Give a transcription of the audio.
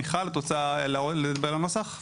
מיכל, את רוצה לדבר על הנוסח?